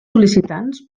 sol·licitants